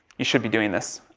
you should be doing this.